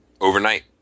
Overnight